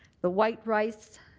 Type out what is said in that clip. the white rice,